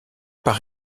par